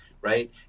Right